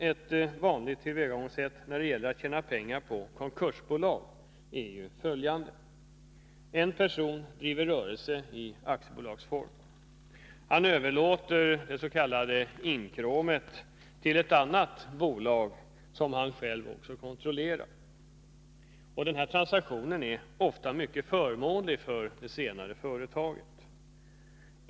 Ett vanligt tillvägagångssätt när det gäller att tjäna pengar på konkursbolag är följande. En person driver rörelse i aktiebolagsform. Han överlåter det s.k. inkråmet till ett annat bolag som han själv kontrollerar. Den här transaktionen är ofta mycket förmånlig för det senare företaget.